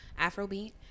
Afrobeat